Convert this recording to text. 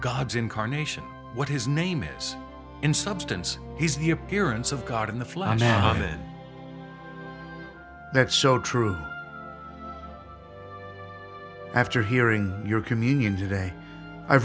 god's incarnation what his name is in substance he's the appearance of god in the flower now that that's so true after hearing your communion today i